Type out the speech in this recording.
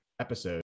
episode